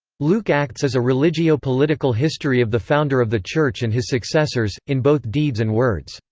luke-acts is a religio-political history of the founder of the church and his successors, in both deeds and words.